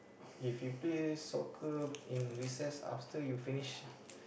if you play soccer in recess after you finish